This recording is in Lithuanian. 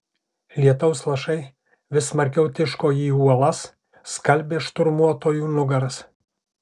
lietaus lašai vis smarkiau tiško į uolas skalbė šturmuotojų nugaras